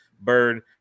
Bird